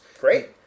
Great